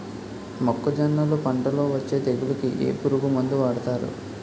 మొక్కజొన్నలు పంట లొ వచ్చే తెగులకి ఏ పురుగు మందు వాడతారు?